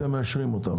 אתם מאשרים אותם.